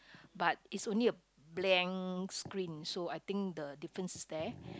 but is only a blank screen so I think the difference is there